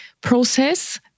process